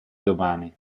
domani